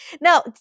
Now